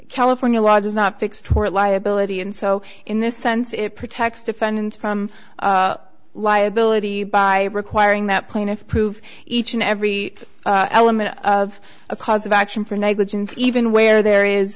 california law does not fix tort liability and so in this sense it protects defendants from liability by requiring that plaintiffs prove each and every element of a cause of action for negligence even where there is